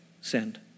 send